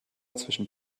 zwischen